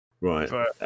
Right